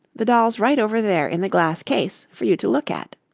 the doll's right over there in the glass case for you to look at.